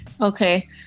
Okay